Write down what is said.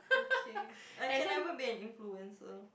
okay I can never be an influencer